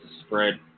spread